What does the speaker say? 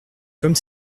comme